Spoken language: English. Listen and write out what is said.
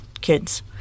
kids